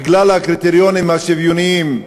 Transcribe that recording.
בגלל הקריטריונים השוויוניים,